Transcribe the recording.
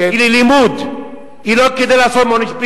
יבוא ויעמוד כאן מול הכנסת ומול העם.